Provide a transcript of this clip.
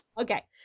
Okay